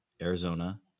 Arizona